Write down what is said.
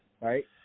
right